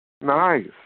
Nice